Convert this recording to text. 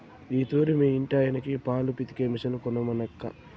ఈ తూరి మీ ఇంటాయనకి పాలు పితికే మిషన్ కొనమనక్కా